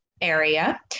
area